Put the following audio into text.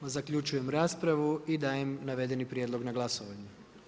Zaključujem raspravu i dajem navedeni prijedlog na glasovanje.